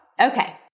Okay